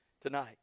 tonight